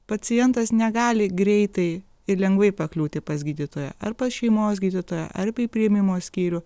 pacientas negali greitai ir lengvai pakliūti pas gydytoją ar pas šeimos gydytoją arba į priėmimo skyrių